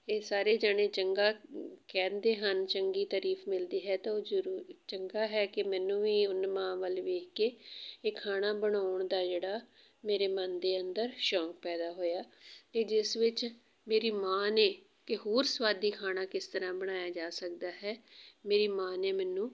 ਇਹ ਸਾਰੇ ਜਾਣੇ ਚੰਗਾ ਕਹਿੰਦੇ ਹਨ ਚੰਗੀ ਤਾਰੀਫ ਮਿਲਦੀ ਹੈ ਤਾਂ ਉਹ ਜਰੂ ਚੰਗਾ ਹੈ ਕਿ ਮੈਨੂੰ ਵੀ ਨ ਮਾਂ ਵੱਲ ਵੇਖ ਕੇ ਇਹ ਖਾਣਾ ਬਣਾਉਣ ਦਾ ਜਿਹੜਾ ਮੇਰੇ ਮਨ ਦੇ ਅੰਦਰ ਸ਼ੌਂਕ ਪੈਦਾ ਹੋਇਆ ਕਿ ਜਿਸ ਵਿੱਚ ਮੇਰੀ ਮਾਂ ਨੇ ਕਿ ਹੋਰ ਸਵਾਦੀ ਖਾਣਾ ਕਿਸ ਤਰ੍ਹਾਂ ਬਣਾਇਆ ਜਾ ਸਕਦਾ ਹੈ ਮੇਰੀ ਮਾਂ ਨੇ ਮੈਨੂੰ